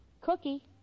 Cookie